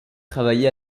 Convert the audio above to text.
travaillé